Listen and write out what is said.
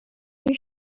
you